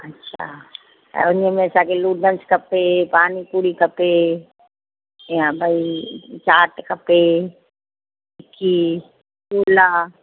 अछा उन में असांखे नूडल्स खपे पानी पूरी खपे या भई चाट खपे टिकी छोला